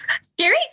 scary